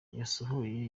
yasohoye